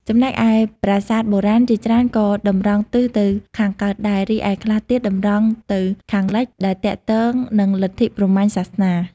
ចំណែកឯ ប្រាសាទបុរាណជាច្រើនក៏តម្រង់ទិសទៅខាងកើតដែរ រីឯខ្លះទៀតតម្រង់ទៅខាងលិច ដែលទាក់ទង នឹងលទ្ធិព្រហ្មញ្ញសាសនា។